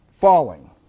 Falling